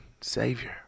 Savior